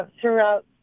throughout